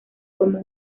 como